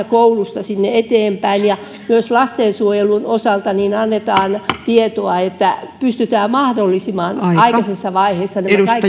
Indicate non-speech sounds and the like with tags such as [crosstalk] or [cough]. [unintelligible] koulusta eteenpäin ja myös lastensuojelun osalta annetaan tietoa niin että pystytään mahdollisimman aikaisessa vaiheessa